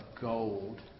gold